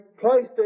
placed